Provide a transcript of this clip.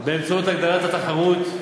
באמצעות הגדלת התחרות.